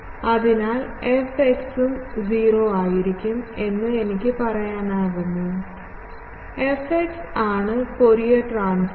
അതിനാൽ fx ഉം 0 ആയിരിക്കും എന്ന് എനിക്ക് പറയാനാകുമോ fx ആണ് ഫോറിയർ ട്രാൻസ്ഫോo